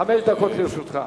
חמש דקות לרשותך.